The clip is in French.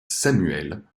samuel